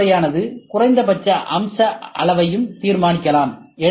பொறிமுறையானது குறைந்தபட்ச அம்ச அளவையும் தீர்மானிக்கலாம்